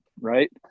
Right